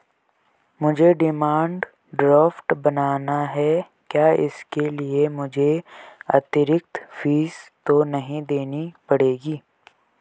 मुझे demand draft बनाना है क्या इसके लिए मुझे अतिरिक्त फीस तो नहीं देनी पड़ेगी?